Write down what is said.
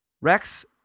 Rex